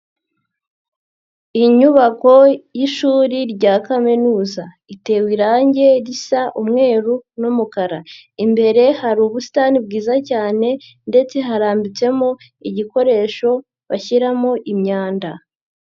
Inyubako y'ishuri rya kaminuza itewe irangi risa umweru n'umukara imbere hari ubusitani bwiza cyane ndetse harambitsemo igikoresho bashyiramo imyanda.